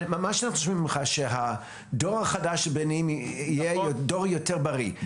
אנחנו שומעים ממך שהדור החדש של הבניינים יהיה דור יותר בריא.